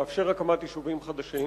לאפשר הקמת יישובים חדשים,